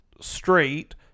straight